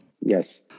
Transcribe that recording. Yes